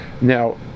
now